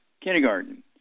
kindergarten